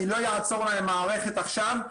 אני לא אעצור להם מערכת עכשיו.